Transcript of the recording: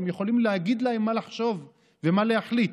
והם יכולים להגיד להם מה לחשוב ומה להחליט,